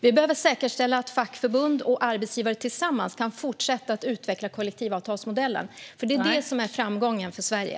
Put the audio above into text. Vi behöver säkerställa att fackförbund och arbetsgivare tillsammans kan fortsätta att utveckla kollektivavtalsmodellen. Det är framgången för Sverige.